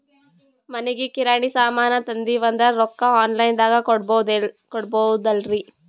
ಮನಿಗಿ ಕಿರಾಣಿ ಸಾಮಾನ ತಂದಿವಂದ್ರ ರೊಕ್ಕ ಆನ್ ಲೈನ್ ದಾಗ ಕೊಡ್ಬೋದಲ್ರಿ?